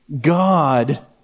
God